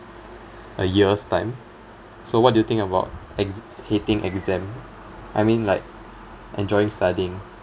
a year's time so what do you think about ex~ hating exam I mean like enjoying studying